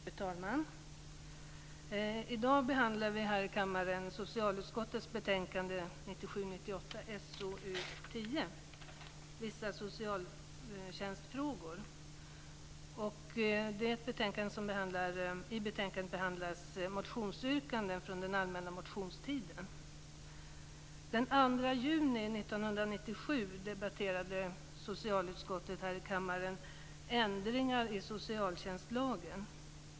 Fru talman! I dag behandlar vi här i kammaren socialutskottets betänkande 1997/98:SoU10 Vissa socialtjänstfrågor. I betänkandet behandlas motionsyrkanden från den allmänna motionstiden. Den 2 juni 1997 debatterade socialutskottet här i kammaren ändringar i socialtjänstlagen.